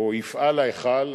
או יפעל ההיכל,